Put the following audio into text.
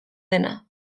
dena